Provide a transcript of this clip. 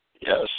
Yes